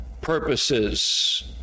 purposes